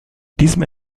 diesem